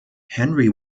henry